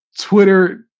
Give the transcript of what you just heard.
Twitter